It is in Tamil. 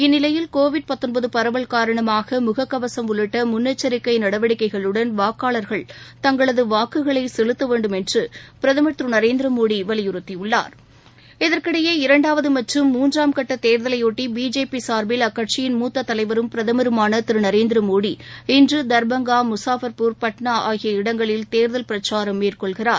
இந்நிலையில் கோவிட் நடவடிக்கைகளுடன் வாக்காளர்கள் தங்களது வாக்குகளை செலுத்த வேண்டும் என்று பிரதமர் திரு நரேந்திரமோடி வலியுறுத்தியுள்ளார் இதற்கிடையே இரண்டாவது மற்றும் மூன்றாம் கட்ட தேர்தலையொட்டி பிஜேபி சார்பில் அக்கட்சியின் மூத்த தலைவரும் பிரதமருமான திரு நரேந்திரமோடி இன்று தர்பங்கா முசாஃபர்பூர் பட்னா ஆகிய இடங்களில் தேர்தல் பிரச்சாரம் மேற்கொள்கிறார்